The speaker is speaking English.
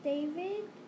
David